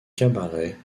cabaret